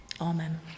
Amen